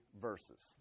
verses